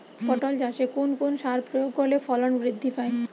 পটল চাষে কোন কোন সার প্রয়োগ করলে ফলন বৃদ্ধি পায়?